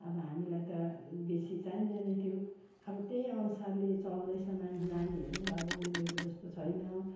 अब हामीलाई त बेसी चाहिँदैन थियो अब त्यही अनुसारले चल्दैछ मान नानीहरू अब उहिलेको जस्तो छैन